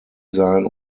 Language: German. sein